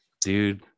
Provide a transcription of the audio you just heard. dude